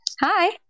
hi